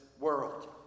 world